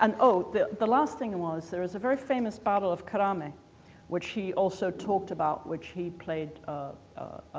and, oh, the the last thing and was there is a very famous battle of karameh which he also talked about which he played a